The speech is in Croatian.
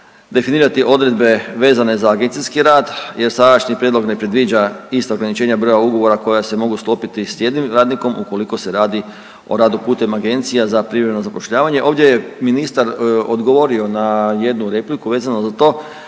definirati odredbe vezane za agencijski rad jer sadašnji prijedlog ne predviđa ista ograničenja broja ugovora koja se mogu sklopiti s jednim radnikom ukoliko se radi o radu putem agencija za privremeno zapošljavanje. Ovdje je ministar odgovorio na jednu repliku vezano za to,